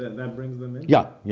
that brings them in? yeah, yeah.